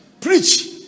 Preach